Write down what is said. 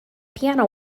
piano